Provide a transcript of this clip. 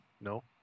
no